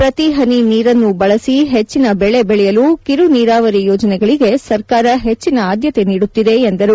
ಪ್ರತಿ ಹನಿ ನೀರನ್ನೂ ಬಳಸಿ ಹೆಚ್ಚಿನ ಬೆಳೆ ಬೆಳೆಯಲು ಕಿರು ನೀರಾವರಿ ಯೋಜನೆಗಳಿಗೆ ಸರ್ಕಾರ ಹೆಚ್ಚಿನ ಆಧ್ಯತೆ ನೀಡುತ್ತಿದೆ ಎಂದರು